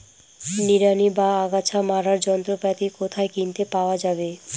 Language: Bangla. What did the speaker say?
নিড়ানি বা আগাছা মারার যন্ত্রপাতি কোথায় কিনতে পাওয়া যাবে?